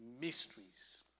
mysteries